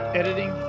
editing